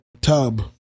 tub